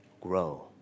Grow